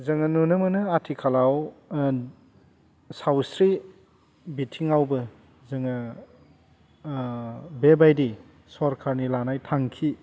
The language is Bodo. जोङो नुनो मोनो आथिखालाव सावस्रि बिथिङावबो जोङो बेबायदि सरकारनि लानाय थांखि